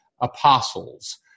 apostles